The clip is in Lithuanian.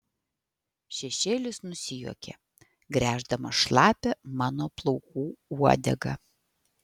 šešėlis nusijuokė gręždamas šlapią mano plaukų uodegą